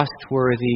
trustworthy